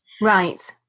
Right